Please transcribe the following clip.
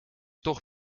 toch